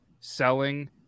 selling